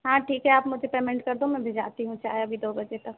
हाँ ठीक है आप मुझे पेमेन्ट कर दो मैं भिजवाती हूँ चाय अभी दो बजे तक